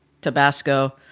Tabasco